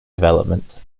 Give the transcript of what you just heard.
development